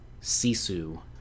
Sisu